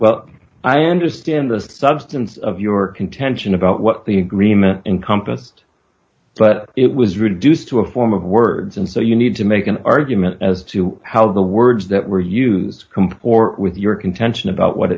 well i understand the substance of your contention about what the agreement encompassed but it was reduced to a form of words and so you need to make an argument as to how the words that were used comport with your contention about what